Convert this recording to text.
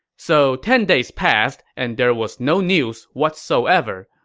so ten days passed, and there was no news whatsoever,